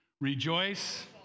Rejoice